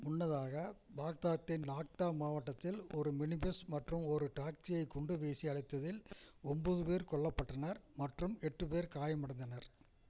முன்னதாக பாக்தாத்தின் நஹ்தா மாவட்டத்தில் ஒரு மினி பஸ் மற்றும் ஒரு டாக்ஸியை குண்டு வீசி அழித்ததில் ஒம்போது பேர் கொல்லப்பட்டனர் மற்றும் எட்டு பேர் காயமடைந்தனர்